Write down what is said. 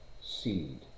seed